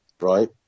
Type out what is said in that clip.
right